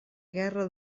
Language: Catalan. guerra